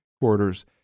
quarters